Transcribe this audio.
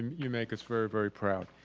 you make us very, very proud.